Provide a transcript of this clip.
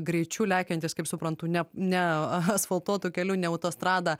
greičiu lekiantis kaip suprantu ne ne asfaltuotu keliu ne autostrada